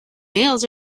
males